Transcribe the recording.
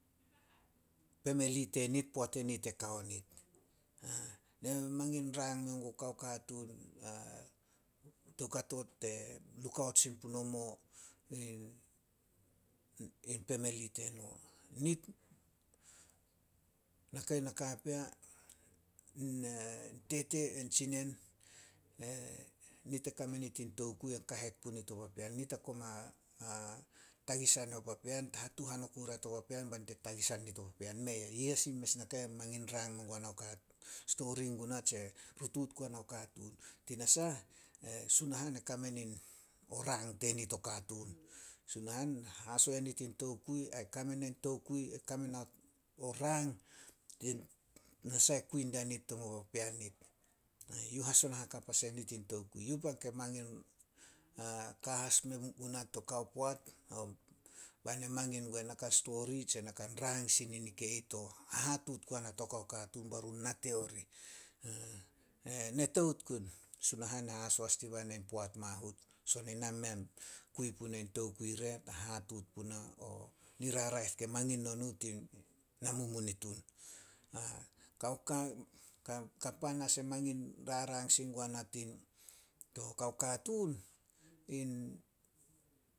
Pemeli tenit poat enit e kao nit. Ne mamangin rang men guo kao katuun toukato lukaut sin punomo in- in pemeli teno. Nit, naka nakapea tete ain tsinen nit e kame nit in tokui a kahet punit o papean, nit a koma tagisan o papean. Ta hatuhan oku ria to papean be nit e tagisan nit erun, Mei ah. Yi as in mes naka ke mangin rang men guana o katuun. Stori guna tse rutuut guanao katuun. Tinasah, e Sunahan e kame, o rang tenit o katuun. Sunahan i haso nit in tokui ai kame nain tokui ai kame na, o rang nasah e kui dianit tomo papean nit. Eyouh haso hakap as enit in tokui. Yu pan ke mangin ka as menguna to kao poat bai na mangin gue na ka stori tse na ka rang sin nikai ih, hatuut guana to kao katuun bai run nate orih. Ne tout gun, Sunahan a haso as dibai na poat mahut. Son ena mei an kui puna in tokui re. Hatuut puna o niraraeh ke mangin no nuh tin namumunitun. kapan as e mangin rarang sin guana to kao katuun, tin